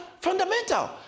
fundamental